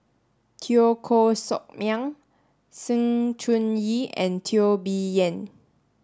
Teo Koh Sock Miang Sng Choon Yee and Teo Bee Yen